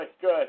good